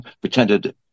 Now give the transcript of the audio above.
pretended